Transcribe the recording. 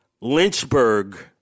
Lynchburg